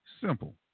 Simple